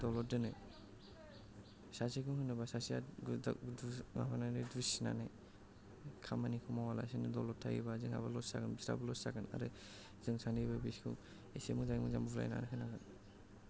दलद दोनो सासेखौ होनाबा सासे गोदो दु दुसिनानै खामानिखौ मावालासिनो दलद थायोबा जोंहाबो लस जागोन बिस्राबो लस जागोन आरो जों सानैबो बिसोरखौ एसे मोजाङै मोजां बुजायनानै होनांगोन